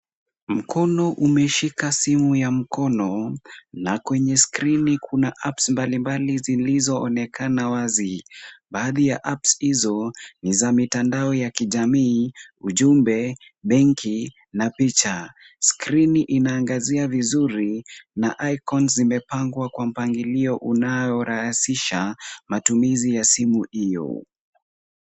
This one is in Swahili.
Mkono umeshika simu ya mkono na kwenye skrini kuna apps mbali mbali zilizoonekana wazi. Baadhi ya apps hizo ni za mitandao ya kijamii, ujumbe, benki na picha. Skrini inaangazia vizuri na icons zimepangwa kwa mpangilio unaorahisisha matumizi ya simu hiyo.